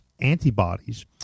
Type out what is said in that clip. antibodies